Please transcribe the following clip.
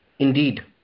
Indeed